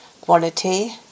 quality